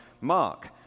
Mark